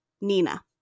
Nina